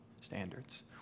standards